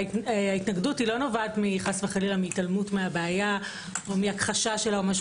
ההתנגדות לא מונעת מהכחשת הבעיה או מהתעלמות ממנה.